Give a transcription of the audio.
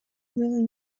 really